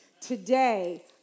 Today